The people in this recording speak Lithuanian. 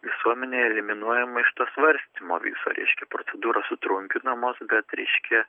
visuomenė eliminuojama iš to svarstymo viso reiškia procedūros sutrumpinamos bet reiškia